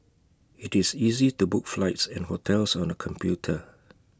IT is easy to book flights and hotels on the computer